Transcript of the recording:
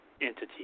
entity